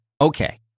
okay